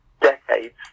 decades